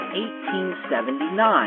1879